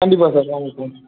கண்டிப்பாக சார் வாங்க சார்